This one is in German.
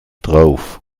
drauf